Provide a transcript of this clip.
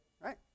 right